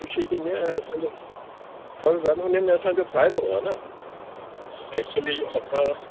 ख़ुशी थींदी आहे ऐं असांजो फ़र्ज़ु आहे हुन में असांजो फ़ाइदो आहे न एक्चुली असां